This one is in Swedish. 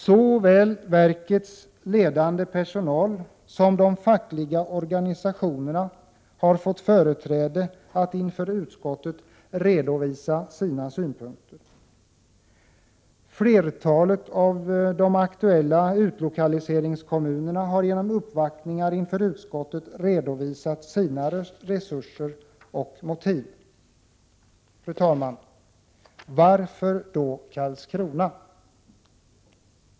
Såväl verkets ledande personal som de fackliga organisationerna har fått företräde att inför utskottet redovisa sina synpunkter. Flertalet av de aktuella lokaliseringskommunerna har genom uppvaktningar inför utskottet redovisat sina resurser och motiv. Fru talman! Varför då Karlskrona?